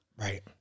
Right